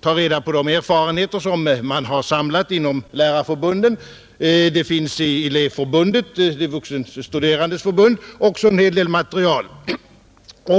ta reda på de erfarenheter som man har samlat inom lärarförbunden. I elevförbundet, de vuxenstuderandes förbund, finns också en hel del material.